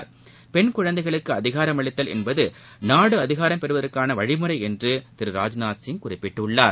என்பது பெண் குழந்தைகளுக்குஅதிகாரம் அளித்தல் நாடுஅதிகாரம் பெறுவதற்கானவழிமுறைஎன்றுதிரு ராஜ்நாத் சிங் குறிப்பிட்டுள்ளார்